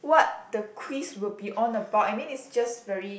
what the quiz will be on about I mean it's just very